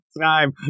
time